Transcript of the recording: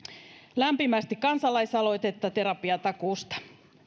lämpimästi kansalaisaloitetta terapiatakuusta